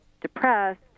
depressed